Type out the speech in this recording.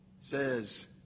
says